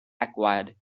acquired